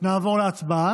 אנחנו נעבור להצבעה,